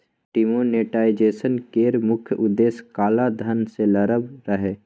demonetisation केर मुख्य उद्देश्य काला धन सँ लड़ब रहय